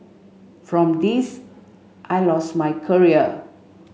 from this I lost my career